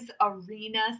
Arena